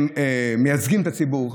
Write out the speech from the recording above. הם מייצגים את הציבור,